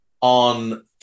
on